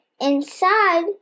Inside